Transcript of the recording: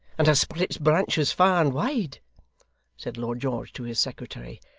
and has spread its branches far and wide said lord george to his secretary.